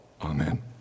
amen